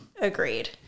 agreed